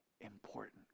important